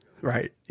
Right